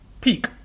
peak